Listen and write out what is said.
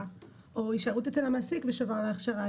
או הישארות אצל המעסיק ושובר להכשרה,